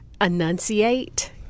Enunciate